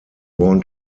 want